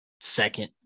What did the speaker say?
second